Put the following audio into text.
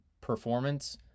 performance